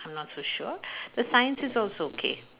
I'm not so sure the science is also okay